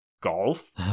Golf